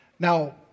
Now